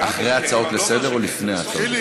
אחרי הצעות לסדר-היום או לפני הצעות